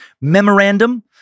memorandum